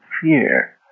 fear